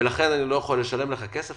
לכן אני לא יכול לשלם לך כסף"?